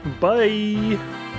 Bye